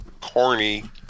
Corny